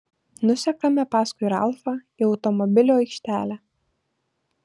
nusekame paskui ralfą į automobilių aikštelę